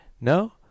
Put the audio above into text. No